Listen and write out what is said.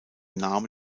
name